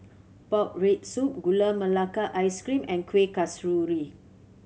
pork rib soup Gula Melaka Ice Cream and Kuih Kasturi